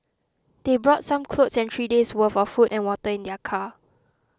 they brought some clothes and three days worth of food and water in their car